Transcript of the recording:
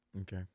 okay